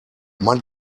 man